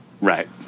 Right